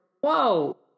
whoa